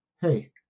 hey